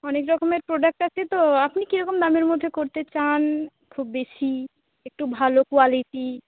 অনেক রকমের প্রোডাক্ট আছে তো আপনি কীরকম দামের মধ্যে করতে চান খুব বেশি একটু ভালো কোয়ালিটি